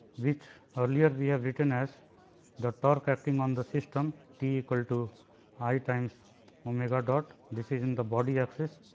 which earlier we have written as the torque acting on the system t equal to i times omega dot. this is in the body axis